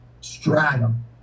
stratum